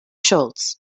schultz